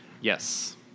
Yes